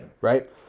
Right